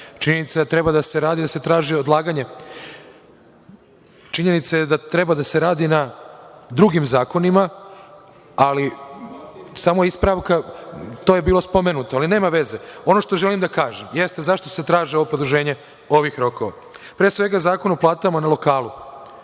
Činjenica je da treba da se radi na drugim zakonima, ali samo ispravka. To je bilo spomenuto, ali nema veze. Ono što želim da kažem, jeste zašto se traži ovo produženje ovih rokova. Pre svega, Zakon o platama na lokalu,